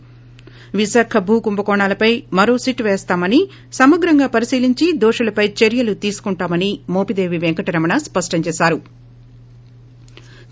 థి విశాఖ భూ కుంభకోణాలపై మరో సిట్ పేస్తామని సమగ్రంగా పరిశీలించి దోషులపై చర్వలు తీసుకుంటామని మోపిదేవి పెంకటరమణ స్పష్టం చేశారు